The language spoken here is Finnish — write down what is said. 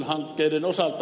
hankkeiden osalta